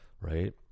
right